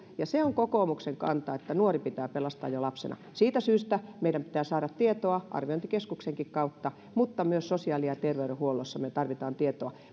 kokoomuksen kanta on että nuori pitää pelastaa jo lapsena siitä syystä meidän pitää saada tietoa arviointikeskuksenkin kautta mutta myös sosiaali ja terveydenhuollossa me tarvitsemme tietoa